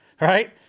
right